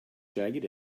jagged